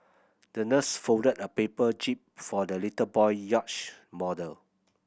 the nurse folded a paper jib for the little boy yacht model